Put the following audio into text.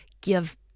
give